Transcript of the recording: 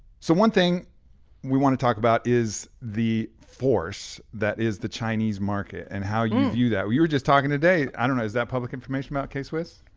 so one thing we wanna talk about is the force that is the chinese market and how you view that. you were just talking today, i don't know, is that public information about k-swiss?